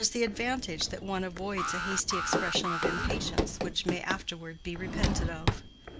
there is the advantage that one avoids a hasty expression of impatience which may afterward be repented of.